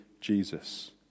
Jesus